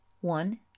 One